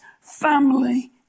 family